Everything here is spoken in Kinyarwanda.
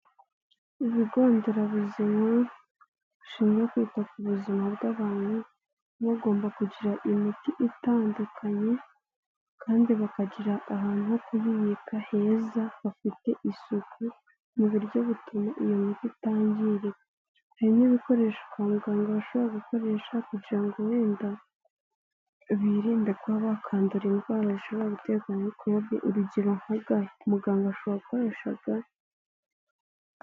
Ibigo nderabuzima bishinzwe kwita ku buzima bw'abantu, biba bigomba kugira imiti itandukanye kandi bakagira ahantu ho kubibika heza hafite isuku mu buryo butuma iyo miti itangirika. Harimo ibikoresho kwa muganga bashobora gukoresha kugira wenda birinde kuba bakandura indwara zishobora guterwa na mikorobi, urugero twavuga nka Ga, muganga ashobora gukoresha Ga.